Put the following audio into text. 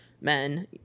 men